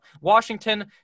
Washington